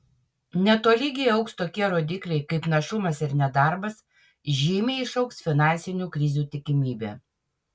netolygiai augs tokie rodikliai kaip našumas ir nedarbas žymiai išaugs finansinių krizių tikimybė